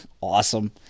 awesome